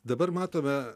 dabar matome